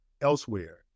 elsewhere